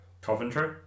Coventry